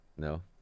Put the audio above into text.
No